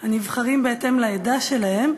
הנבחרים בהתאם לעדה שלהם,